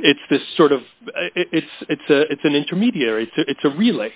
it's this sort of it's it's a it's an intermediary it's a really